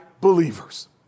believers